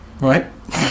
Right